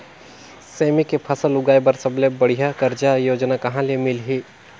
सेमी के फसल उगाई बार सबले बढ़िया कर्जा योजना कहा ले मिलही?